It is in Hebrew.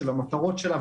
של המטרות שלה,